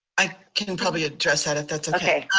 i can probably address that, if that's okay.